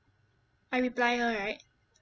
I reply her right